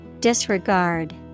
Disregard